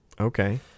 okay